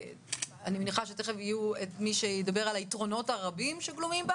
אני מניחה שיהיה מי שידבר על היתרונות הרבים שגלומים בה